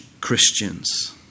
Christians